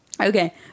Okay